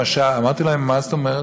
אמרתי להם: מה זאת אומרת?